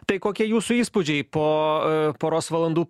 tai kokie jūsų įspūdžiai po poros valandų